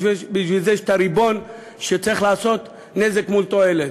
בשביל זה יש ריבון שצריך לשקול נזק מול תועלת.